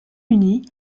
uni